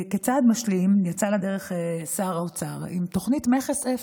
כצעד משלים יצא לדרך שר האוצר עם תוכנית מכס אפס.